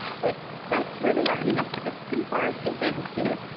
but that's where they are. i mean, that's that's pretty far advanced, you know.